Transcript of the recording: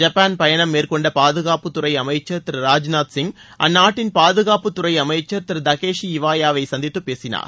Japan பயணம் மேற்கொண்ட பாதுகாப்பு துறை அமைக்சர் திரு ராஜ்நாத் சிங் அந்நாட்டின் பாதுகாப்பு துறை அமைச்சர் திரு தக்கேஷி இவாயாவை சந்தித்து பேசினார்